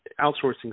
outsourcing